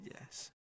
yes